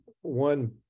one